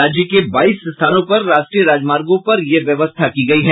राज्य के बाईस स्थानों पर राष्ट्रीय राजमार्गों पर यह व्यवस्था की गयी है